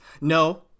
No